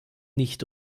nicht